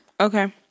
Okay